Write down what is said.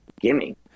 gimme